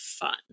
fun